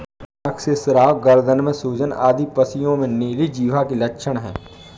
नाक से स्राव, गर्दन में सूजन आदि पशुओं में नीली जिह्वा के लक्षण हैं